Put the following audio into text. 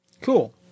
Cool